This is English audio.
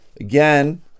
again